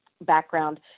background